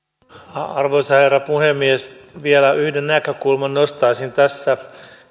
arvoisa herra puhemies vielä yhden näkökulman nostaisin tässä ja